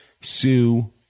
Sue